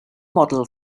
model